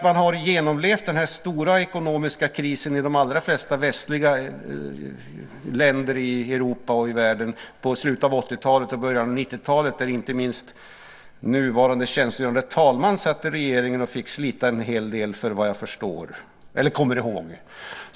Man har genomlevt den stora ekonomiska krisen i de allra flesta västliga länder i Europa och i världen på slutet av 80-talet och början av 90-talet, där inte minst nuvarande tjänstgörande talman satt i regeringen och fick slita en hel del, såvitt jag kommer ihåg.